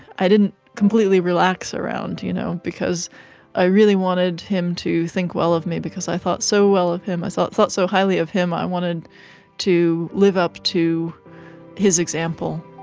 i didn't completely relax around him you know because i really wanted him to think well of me because i thought so well of him, i thought thought so highly of him, i wanted to live up to his example.